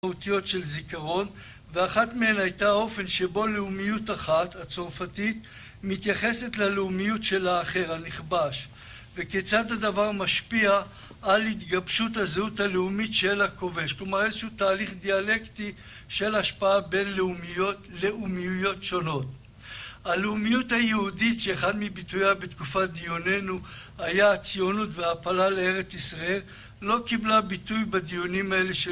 מהותיות של זיכרון ואחת מהן הייתה אופן שבו לאומיות אחת הצרפתית מתייחסת ללאומיות של האחר הנכבש וכיצד הדבר משפיע על התגבשות הזהות הלאומית של הכובש, כלומר איזשהו תהליך דיאלקטי של השפעה בין לאומיות לאומיות שונות. הלאומיות היהודית שאחד מביטויה בתקופת דיוננו היה הציונות וההפלה לארץ ישראל לא קיבלה ביטוי בדיונים האלה שלנו.